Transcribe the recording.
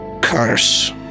curse